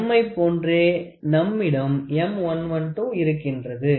M மை போன்றே நம்மிடம் M 112 இருக்கின்றது